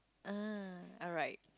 uh alright